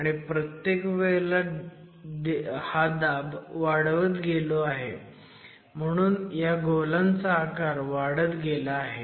आणि प्रत्येक वेळेला हा दाब वाढवत गेलो आहे म्हणून हया गोलांचा आकार वाढत गेला आहे